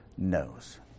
knows